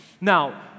Now